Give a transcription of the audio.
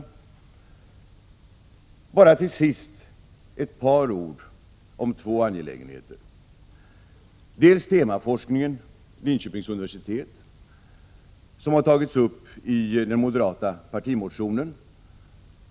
Jag skall bara till sist säga ett par ord om två angelägenheter. Temaforskningen vid Linköpings universitet har tagits upp i den moderata partimotionen.